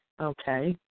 Okay